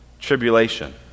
tribulation